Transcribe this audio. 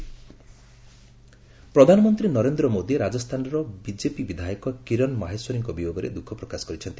PM condolence ପ୍ରଧାନମନ୍ତ୍ରୀ ନରେନ୍ଦ୍ର ମୋଦି ରାଜସ୍ଥାନର BJP ବିଧାୟକ କିରନ୍ ମାହେଶ୍ୱରୀଙ୍କ ବିୟୋଗରେ ଦୂଃଖ ପ୍ରକାଶ କରିଛନ୍ତି